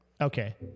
Okay